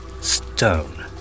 stone